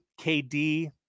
KD